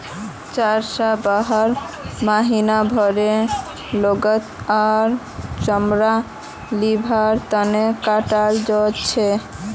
चार स बारह महीनार भेंड़क गोस्त आर चमड़ा लिबार तने कटाल जाछेक